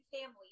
family